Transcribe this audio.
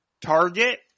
Target